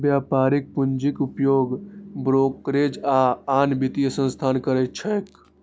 व्यापारिक पूंजीक उपयोग ब्रोकरेज आ आन वित्तीय संस्थान करैत छैक